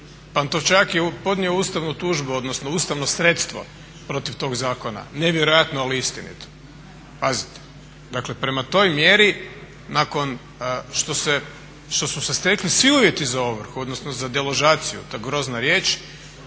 Pantovčak je podnio ustavnu tužbu odnosno ustavno sredstvo protiv tog zakona. Nevjerojatno ali istinito. Dakle, prema toj mjeri nakon što su se stekli svi uvjeti za ovrhu, odnosno za deložaciju, ta grozna riječ,